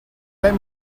let